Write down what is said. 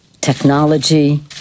technology